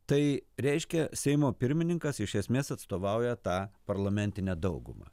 tai reiškia seimo pirmininkas iš esmės atstovauja tą parlamentinę daugumą